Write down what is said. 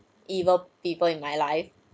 evil people in my life